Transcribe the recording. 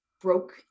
broke